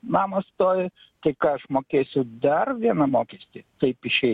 namas stovi tai ką aš mokėsiu dar vieną mokestį taip išeina